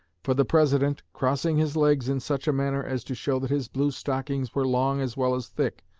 for the president, crossing his legs in such a manner as to show that his blue stockings were long as well as thick,